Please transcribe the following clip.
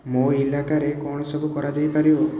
ମୋ ଇଲାକାରେ କ'ଣ ସବୁ କରାଯାଇପାରିବ